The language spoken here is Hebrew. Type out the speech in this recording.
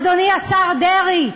אדוני השר דרעי,